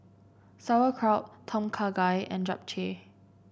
Sauerkraut Tom Kha Gai and Japchae